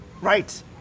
Right